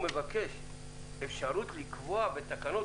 לסרב לבקשתו לתת אפשרות לקבוע בתקנות,